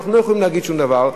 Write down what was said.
אנחנו לא יכולים להגיד שום דבר.